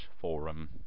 forum